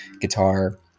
guitar